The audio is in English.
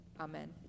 Amen